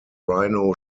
rhino